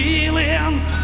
Feelings